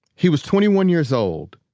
he was twenty one years old.